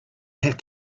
have